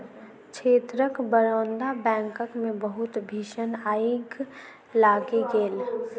क्षेत्रक बड़ौदा बैंकक मे बहुत भीषण आइग लागि गेल